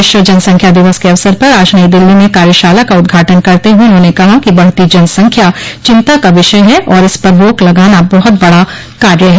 विश्व जनसंख्या दिवस के अवसर पर आज नई दिल्ली में कार्यशाला का उदघाटन करते हुए उन्होंने कहा कि बढ़ती जनसंख्या चिंता का विषय है और इस पर रोक लगाना बहुत बड़ा कार्य है